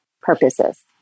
purposes